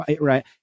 right